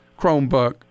chromebook